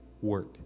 work